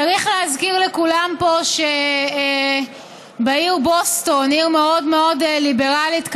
צריך להזכיר לכולם פה שבעיר בוסטון עיר מאוד מאוד ליברלית,